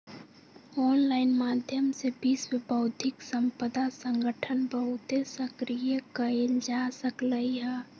online माध्यम से विश्व बौद्धिक संपदा संगठन बहुते सक्रिय कएल जा सकलई ह